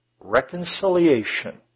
Reconciliation